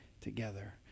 together